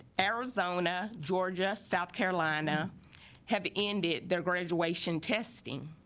arizona georgia south carolina have ended their graduation testing